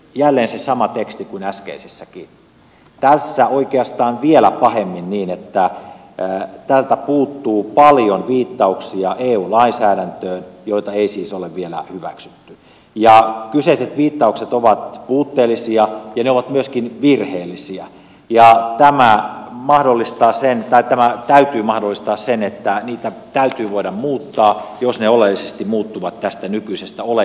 jälleen se sama teksti kuin äskeisessäkin tässä oikeastaan vielä pahemmin niin että täältä puuttuu paljon viittauksia eu lainsäädäntöön jota ei siis ole vielä hyväksytty ja kyseiset viittaukset ovat puutteellisia ja ne ovat myöskin virheellisiä ja tämän täytyy mahdollistaa se että niitä täytyy voida muuttaa jos ne oleellisesti muuttuvat tästä nykyisestä oletetusta